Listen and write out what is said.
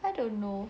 I don't know